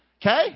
Okay